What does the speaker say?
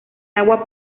agua